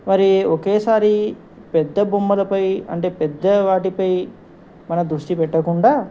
మరి ఒకేసారి పెద్ద బొమ్మలపై అంటే పెద్ద వాటిపై మన దృష్టి పెట్టకుండా